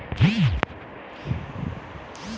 दीपक ने पचास फीसद क्रिप्टो शॉर्ट में बेच दिया